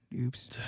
Oops